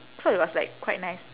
so it was like quite nice